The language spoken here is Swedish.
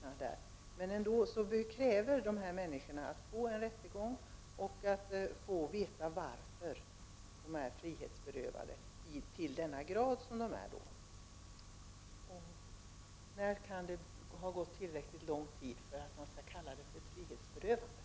Hur som helst kräver dessa människor att det blir en rättegång och att de får veta varför de är så starkt frihetsberövade. När kan det alltså ha gått tillräckligt lång tid för att man skall kunna tala om frihetsberövande?